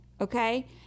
okay